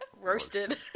roasted